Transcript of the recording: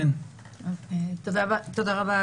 תודה רבה,